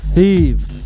Thieves